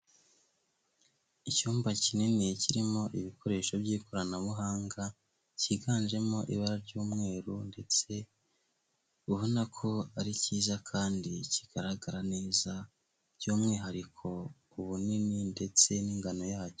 Icyumba kinini kirimo ibikoresho by'ikoranabuhanga, cyiganjemo ibara ry'umweru ndetse ubona ko ari cyiza kandi kigaragara neza, by'umwihariko ku bunini ndetse n'ingano yacyo.